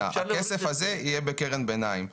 הכסף הזה יהיה בקרן ביניים,